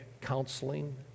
counseling